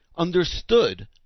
understood